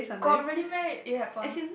got really meh it happen